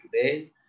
today